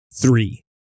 three